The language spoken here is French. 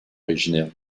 originaires